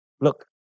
Look